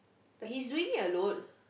he's doing it alone